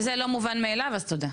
וזה לא מובן מאליו אז תודה.